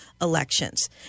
elections